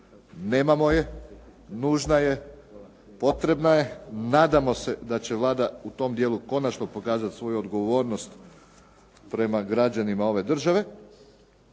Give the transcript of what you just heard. nemamo je, nužna je, potrebna je. Nadamo se da će Vlada u tom dijelu konačno pokazati svoju odgovornost prema građanima ove države,